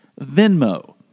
Venmo